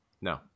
no